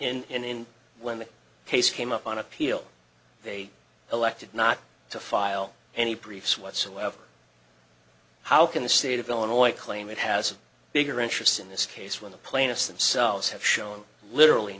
were in when the case came up on appeal they elected not to file any briefs whatsoever how can the state of illinois claim it has a bigger interest in this case when the plaintiffs themselves have shown literally